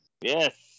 Yes